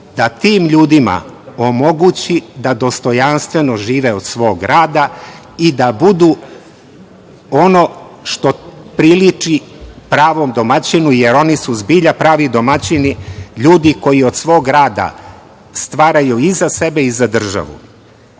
da tim ljudima omogući da dostojanstveno žive od svog rada i da budu ono što priliči pravom domaćinu, jer oni su zbilja pravi domaćini, ljudi koji od svog rada stvaraju i za sebe i za državu. Posebno